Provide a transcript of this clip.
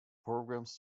programs